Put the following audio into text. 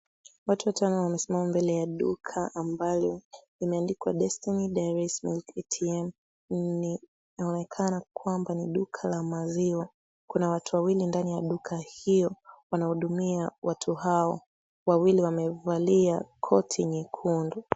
Watu watano wamesimama mbele ya duka ambalo limeandikwa Destiny Dairy Milk ATM. Linaonekana kwamba ni duka la maziwa. Kuna watu wawili ndani ya duka hiyo wanahudumia watu hao. Wawili wamevalia koti nyekundu.